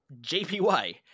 JPY